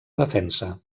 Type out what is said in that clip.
defensa